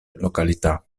località